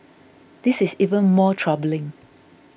this is even more troubling